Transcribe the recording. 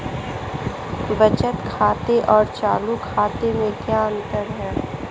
बचत खाते और चालू खाते में क्या अंतर है?